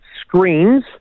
screens